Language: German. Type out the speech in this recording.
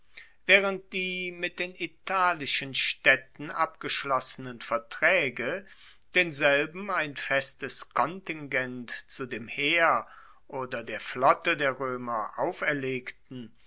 waehrend die mit den italischen staedten abgeschlossenen vertraege denselben ein festes kontingent zu dem heer oder der flotte der roemer auferlegten